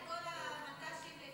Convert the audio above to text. את כל המט"שים והפריטו את הכול,